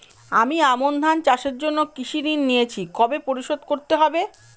আমি আমন ধান চাষের জন্য কৃষি ঋণ নিয়েছি কবে পরিশোধ করতে হবে?